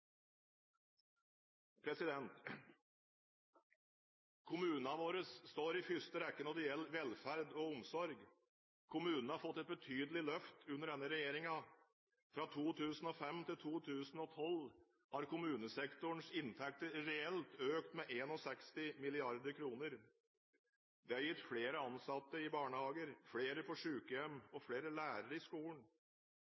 Kommunene våre står i første linje når det gjelder velferd og omsorg. Kommunene har fått et betydelig løft under denne regjeringen – fra 2005 til 2012 har kommunesektorens inntekter reelt økt med 61 mrd. kr. Det har gitt flere ansatte i barnehagene, flere på